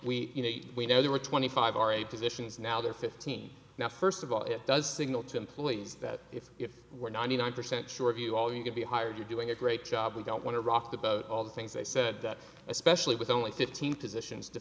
know we know there were twenty five are a positions now they're fifteen now first of all it does signal to employees that if you were ninety nine percent sure of you all you could be hired you're doing a great job we don't want to rock the boat all the things they said that especially with only fifteen